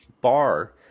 bar